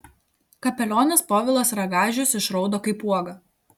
kapelionas povilas ragažius išraudo kaip uoga